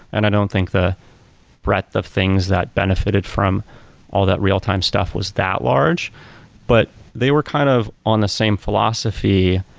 and don't think the breadth of things that benefited from all that real-time stuff was that large but they were kind of on the same philosophy,